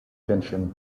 tension